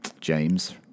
James